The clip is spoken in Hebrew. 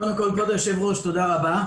קודם כול, כבוד היושב-ראש, תודה רבה.